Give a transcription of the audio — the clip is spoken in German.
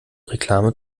reklame